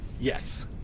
yes